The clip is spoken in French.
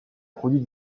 produit